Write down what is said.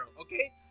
okay